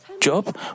Job